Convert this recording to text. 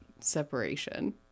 separation